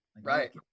right